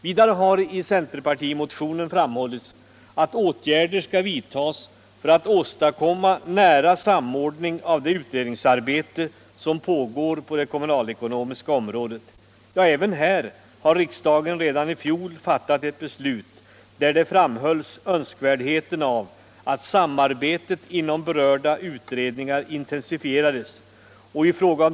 Kommunernas ekonomi Kommunernas ekonomi Som jag sade framhålls också i centerpartimotionen att åtgärder skall vidtas för att åstadkomma nära samordning av det utredningsarbete som pågår på det kommunalekonomiska området. Ja, även här har riksdagen redan i fjol fattat ett beslut, där det framhölls önskvärdheten av att samarbetet inom berörda utredningar intensifierades.